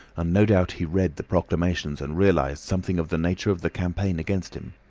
and no doubt he read the proclamations and realised something of the nature of the campaign against him.